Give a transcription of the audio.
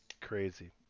Crazy